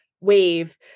Wave